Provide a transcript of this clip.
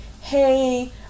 hey